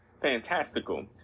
fantastical